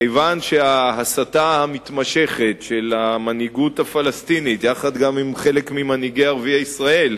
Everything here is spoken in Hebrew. כיוון שההסתה המתמשכת של המנהיגות הפלסטינית יחד עם חלק ממנהיגי ישראל,